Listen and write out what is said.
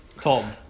Tom